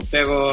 Pero